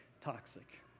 toxic